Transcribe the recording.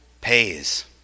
pays